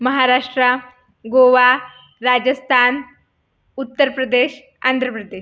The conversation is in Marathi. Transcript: महाराष्ट्र गोवा राजस्थान उत्तर प्रदेश आंध्र प्रदेश